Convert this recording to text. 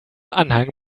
anhang